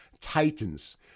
titans